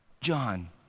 John